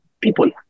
people